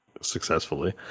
successfully